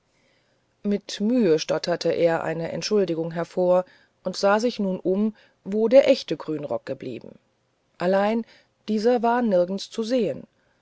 mit mühe stotterte er eine entschuldigung hervor und sah sich nun um wo der echte grünrock geblieben allein dieser war nirgends zu sehen